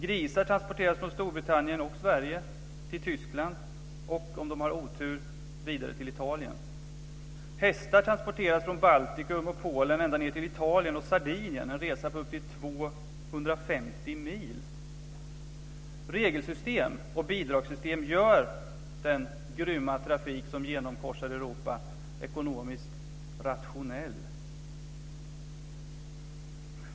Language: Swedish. Grisar transporteras från Storbritannien och Sverige till Tyskland och, om de har otur, vidare till Italien. Hästar transporteras från Baltikum och Polen ända ned till Italien och Sardinien - en resa på upp till Regelsystem och bidragssystem gör den grymma trafik som genomkorsar Europa ekonomiskt rationell.